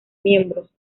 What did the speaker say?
miembros